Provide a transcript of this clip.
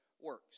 works